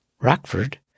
Rockford